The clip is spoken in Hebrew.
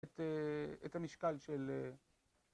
את המשקל של